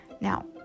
Now